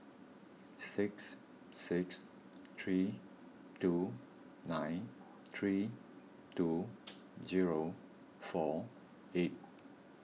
six six three two nine three two zero four eight